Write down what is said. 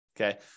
okay